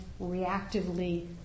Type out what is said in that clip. reactively